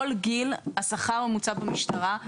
גיל השכר הממוצע במשטרה,